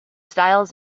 styles